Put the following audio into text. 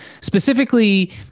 specifically